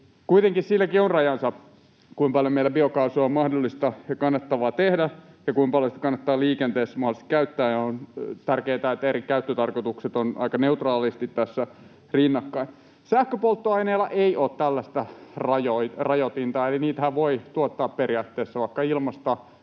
Kuitenkin sillä on rajansa, kuinka paljon meillä biokaasua on mahdollista ja kannattavaa tehdä ja kuinka paljon sitä kannattaa liikenteessä mahdollisesti käyttää. On tärkeätä, että eri käyttötarkoitukset ovat aika neutraalisti tässä rinnakkain. Sähköpolttoaineilla ei ole tällaista rajoitetta, eli niitähän voi tuottaa periaatteessa vaikka ilmasta